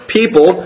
people